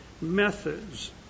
methods